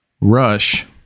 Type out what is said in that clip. Rush